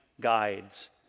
guides